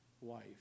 wife